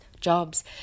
jobs